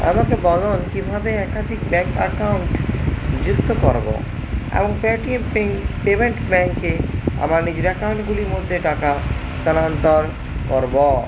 আমাকে বলুন কীভাবে একাধিক ব্যাংক অ্যাকাউন্ট যুক্ত করবো এবং পেটিএম পিন পেমেন্ট ব্যাংকে আমার নিজের অ্যাকাউন্টগুলির মধ্যে টাকা স্থানান্তর করবো